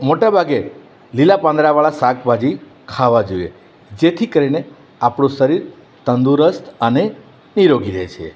મોટા ભાગે લીલા પાંદડાવાળા શાકભાજી ખાવા જોઈએ જેથી કરીને આપણું શરીર તંદુરસ્ત અને નિરોગી રહેશે